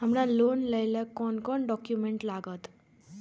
हमरा लोन लाइले कोन कोन डॉक्यूमेंट लागत?